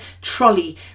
trolley